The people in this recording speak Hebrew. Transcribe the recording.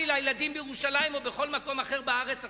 לילדים בירושלים או בכל מקום אחר בארץ עכשיו,